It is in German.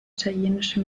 italienische